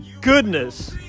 goodness